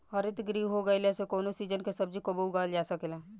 हरितगृह हो गईला से कवनो सीजन के सब्जी कबो उगावल जा सकेला